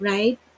Right